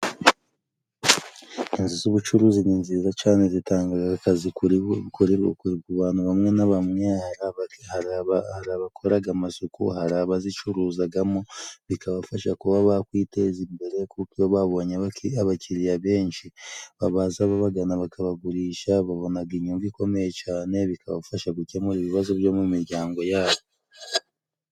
Inzu z'ubucuruzi ni nziza cane zitangaga akazi kuri buri ku bantu bamwe na bamwe, hari abakoraga amasuku, hari abazicuruzagamo bikabafasha kuba bakwiteza imbere, kuko iyo babonye abaki abakiriya benshi baza babagana bakabagurisha, babonaga inyungu ikomeye cyane, bikabafasha gukemura ibibazo byo mu miryango yabo.